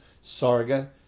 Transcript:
Sarga